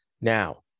Now